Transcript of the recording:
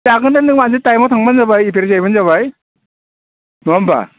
जागोन दे नों मोनसे टाइमआव थांब्लानो जाबाय इपियारहैब्लानो जाबाय नङा होमब्ला